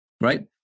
right